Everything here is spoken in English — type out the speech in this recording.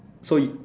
so you